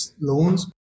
loans